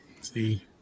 See